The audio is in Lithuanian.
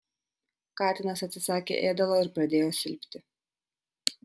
katinas atsisakė ėdalo ir pradėjo silpti